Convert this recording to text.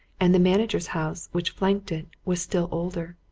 and the manager's house which flanked it was still older.